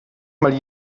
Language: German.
mal